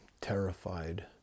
terrified